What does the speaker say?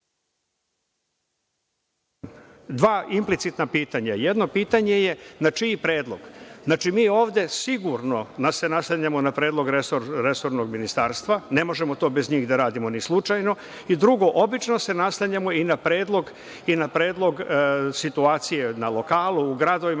implicitna pitanja. Jedno pitanje je - na čiji predlog? Znači, mi ovde sigurno da se naslanjamo na predlog resornog ministarstva, ne možemo to bez njih da radimo ni slučajno. Drugo, obično se naslanjamo i na predlog situacije na lokalu, u gradovima,